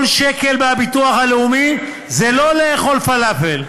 כל שקל מהביטוח הלאומי זה לא לאכול פלאפל,